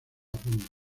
punta